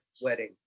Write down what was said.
wedding